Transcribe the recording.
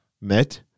met